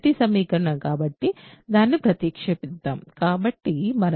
కాబట్టి దాన్ని ప్రతిక్షేపిద్దాం